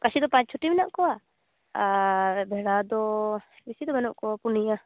ᱠᱟᱹᱥᱤ ᱫᱚ ᱯᱟᱸᱪ ᱪᱷᱚᱴᱤ ᱢᱮᱱᱟᱜ ᱠᱚᱣᱟ ᱟᱨ ᱵᱷᱮᱲᱟ ᱫᱚ ᱵᱮᱥᱤ ᱫᱚ ᱵᱟᱹᱱᱩᱜ ᱠᱚᱣᱟ ᱯᱩᱱᱭᱟᱹ